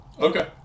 Okay